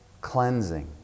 cleansing